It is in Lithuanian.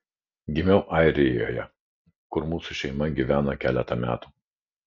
gimiau airijoje kur mūsų šeima gyveno keletą metų